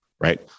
right